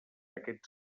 aquests